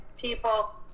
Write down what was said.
people